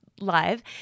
live